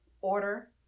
order